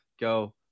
go